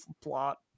plot